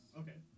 okay